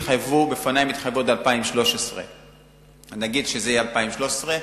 בפני הם התחייבו עד 2013. נגיד שזה יהיה 2013,